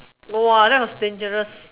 !wah! that was dangerous